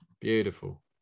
Beautiful